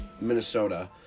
Minnesota